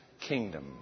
kingdom